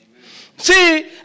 See